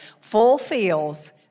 fulfills